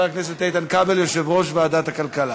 חבר הכנסת איתן כבל, יושב-ראש ועדת הכלכלה.